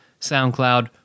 SoundCloud